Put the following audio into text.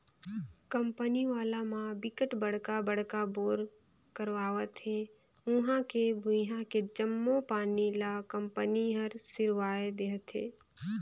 company वाला म बिकट बड़का बड़का बोर करवावत हे उहां के भुइयां के जम्मो पानी ल कंपनी हर सिरवाए देहथे